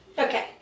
Okay